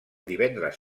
divendres